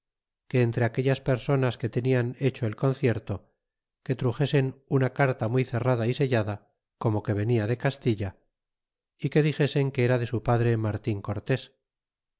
que entre aquellas personas que tenian hecho el concierto que truxesen una carta muy cerrada y sellada como que venia de castilla y que dixesen que era de su padre martin cortés